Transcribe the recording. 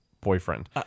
boyfriend